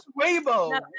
Weibo